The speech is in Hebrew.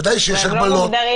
בוודאי שיש הגבלות.